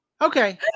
Okay